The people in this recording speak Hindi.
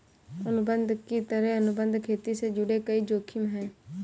अनुबंध की तरह, अनुबंध खेती से जुड़े कई जोखिम है